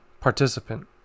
participant